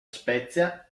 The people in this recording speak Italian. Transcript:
spezia